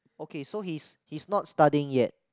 okay so he's he's not studying yet